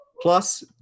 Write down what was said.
Plus